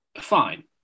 Fine